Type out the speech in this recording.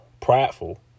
prideful